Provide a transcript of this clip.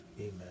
Amen